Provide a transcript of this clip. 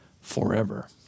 forever